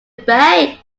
bay